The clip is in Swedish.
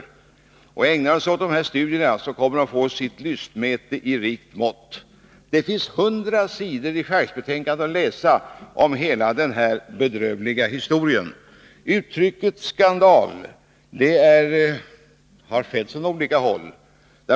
Ägnar de sig åt sådana studier kommer de att få sitt lystmäte i rikt mått. Det finns hundra sidor att läsa i dechargebetänkandet om hela den här Nr 175 bedrövliga historien. Uttrycket skandal har använts från olika håll. Bl.